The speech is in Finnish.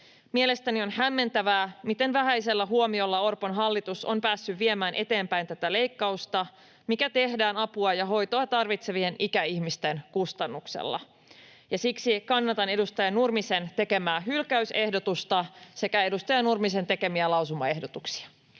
Mielestäni on hämmentävää, miten vähäisellä huomiolla Orpon hallitus on päässyt viemään eteenpäin tätä leikkausta, mikä tehdään apua ja hoitoa tarvitsevien ikäihmisten kustannuksella. Siksi kannatan edustaja Nurmisen tekemää hylkäysehdotusta sekä edustaja Nurmisen tekemiä lausumaehdotuksia.